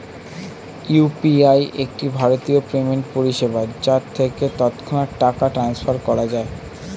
UPI একটি ভারতীয় payment পরিষেবা যার থেকে তৎক্ষণাৎ টাকা ট্রান্সফার করা যায়